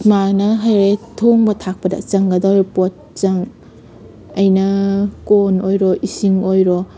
ꯃꯥꯅ ꯍꯧꯔꯦꯟ ꯊꯣꯡꯕ ꯊꯥꯛꯄꯗ ꯆꯪꯒꯗꯧꯔꯤꯕ ꯄꯣꯠꯆꯪ ꯑꯩꯅ ꯀꯣꯟ ꯑꯣꯏꯔꯣ ꯏꯁꯤꯡ ꯑꯣꯏꯔꯣ